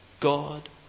God